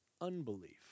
unbelief